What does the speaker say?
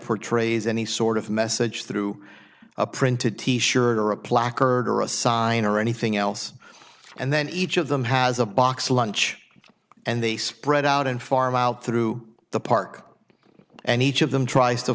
portrays any sort of message through a printed t shirt or a placard or a sign or anything else and then each of them has a box lunch and they spread out and farm out through the park and each of them tries to